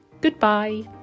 Goodbye